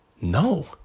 no